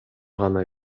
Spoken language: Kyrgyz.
гана